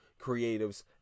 creatives